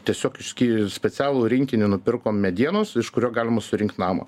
tiesiog iš sky specialų rinkinį nupirkom medienos iš kurio galima surinkt namą